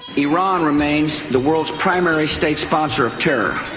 iran remains the world's primary state sponsor of terror,